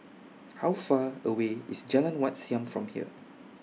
How Far away IS Jalan Wat Siam from here